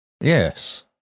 Yes